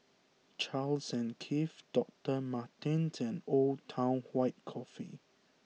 Charles and Keith Doctor Martens and Old Town White Coffee